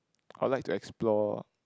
I'd like to explore